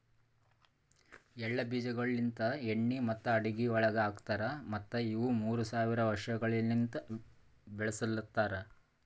ಎಳ್ಳ ಬೀಜಗೊಳ್ ಲಿಂತ್ ಎಣ್ಣಿ ಮತ್ತ ಅಡುಗಿ ಒಳಗ್ ಹಾಕತಾರ್ ಮತ್ತ ಇವು ಮೂರ್ ಸಾವಿರ ವರ್ಷಗೊಳಲಿಂತ್ ಬೆಳುಸಲತಾರ್